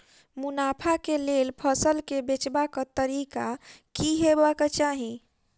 मुनाफा केँ लेल फसल केँ बेचबाक तरीका की हेबाक चाहि?